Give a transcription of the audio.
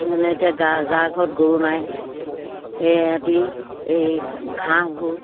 যেনে এতিয়া গা যাৰ ঘৰত গৰু নাই সিহঁতি ঘাঁহবোৰ